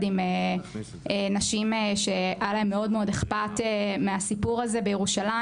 עם נשים שהיה להן מאוד אכפת מהסיפור הזה בירושלים.